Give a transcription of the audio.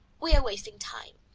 we are wasting time.